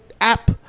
app